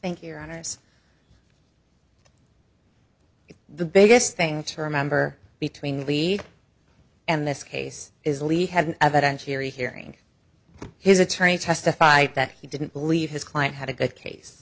thank your honour's the biggest thing to remember between lead and this case is lee had evidence here hearing his attorney testify that he didn't believe his client had a good case